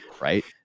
right